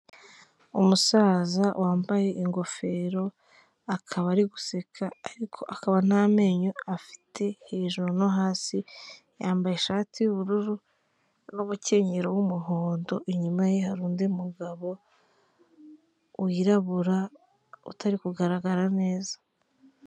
Umusaza wambaye ingofero akaba ari guseka ariko akaba ntamenenyo afite hejuru no hasi, yambaye ishati y'ubururu, n'umukenyero w'umuhondo. Inyuma ye hari undi mugabo wirabura utari kugaragara neza.